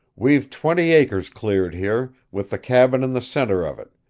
we've twenty acres cleared here, with the cabin in the center of it,